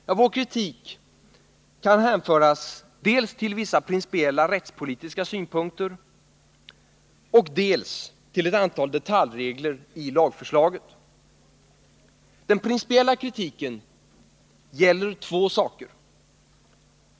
Ja, vår kritik kan hänföras dels till vissa principiella, rättspolitiska synpunkter, dels till ett antal detaljregler i lagförslaget. Den principiella kritiken gäller två saker.